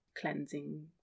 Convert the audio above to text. cleansing